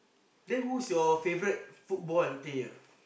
then who's your favourite football player